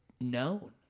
known